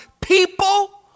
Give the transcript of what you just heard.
people